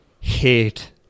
hate